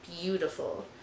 beautiful